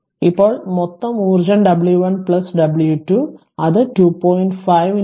ഇപ്പോൾ മൊത്തം ഊർജ്ജം w 1 w 2 അത് പവറിന് 2